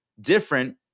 different